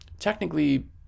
Technically